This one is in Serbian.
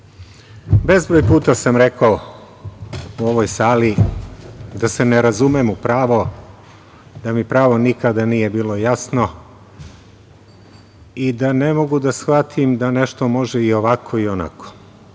bezbroj puta sam rekao u ovoj sali da se ne razumem u pravo, da mi pravo nikad nije bilo jasno i da ne mogu da shvatim da nešto može i ovako i onako. Danas